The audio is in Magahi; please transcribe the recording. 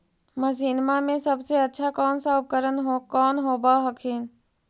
मसिनमा मे सबसे अच्छा कौन सा उपकरण कौन होब हखिन?